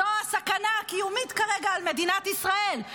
זו הסכנה הקיומית כרגע על מדינת ישראל,